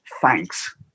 thanks